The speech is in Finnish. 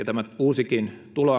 tämä uusikin